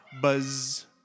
buzz